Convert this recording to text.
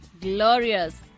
glorious